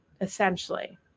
essentially